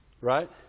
Right